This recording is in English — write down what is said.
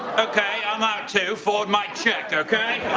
okay. i'm out, too. forward my check, okay.